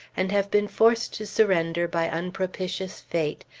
and have been forced to surrender by unpropitious fate,